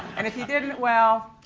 and if you didn't, well.